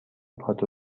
کادو